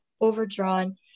overdrawn